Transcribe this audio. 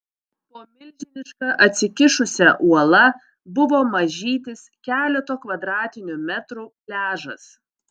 po milžiniška atsikišusia uola buvo mažytis keleto kvadratinių metrų pliažas